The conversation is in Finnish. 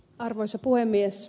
arvoisa puhemies